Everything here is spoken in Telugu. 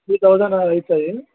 త్రీ తౌజండ్ నాకు తెలుస్తుంది